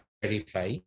verify